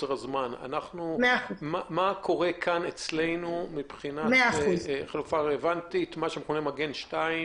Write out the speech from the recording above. מה קורה אצלנו מבחינת החלופה הרלוונטית, "מגן 2",